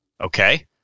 Okay